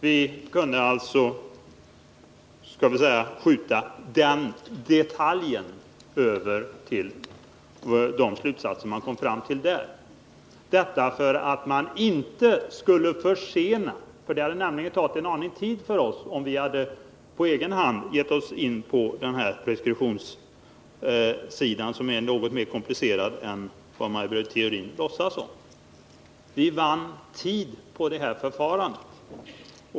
Vi kunde alltså skjuta på den detaljen och se vilka slutsatser man där kom fram till, detta för att inte försena ärendet. Det hade nämligen tagit längre tid för oss om vi på egen hand hade gett oss in på preskriptionssidan, som är något mer komplicerad än vad Maj Britt Theorin vill låtsas om. Vi vann således tid på det förfarandet.